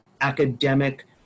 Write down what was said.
academic